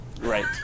Right